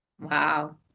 Wow